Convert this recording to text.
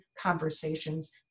conversations